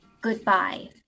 Goodbye